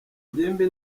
ngimbi